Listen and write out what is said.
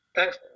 Thanks